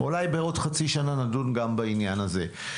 אולי בעוד חצי שנה נדון גם בעניין הזה.